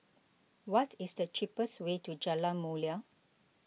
what is the cheapest way to Jalan Mulia